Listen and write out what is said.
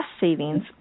savings